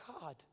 God